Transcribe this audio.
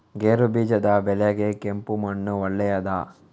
ಗೇರುಬೀಜದ ಬೆಳೆಗೆ ಕೆಂಪು ಮಣ್ಣು ಒಳ್ಳೆಯದಾ?